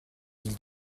ville